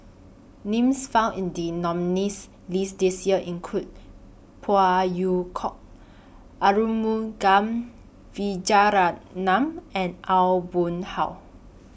Names found in The nominees' list This Year include Phey Yew Kok Arumugam Vijiaratnam and Aw Boon Haw